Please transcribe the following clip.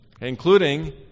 including